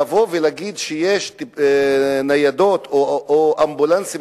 לבוא ולהגיד שיש ניידות או אמבולנסים